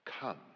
come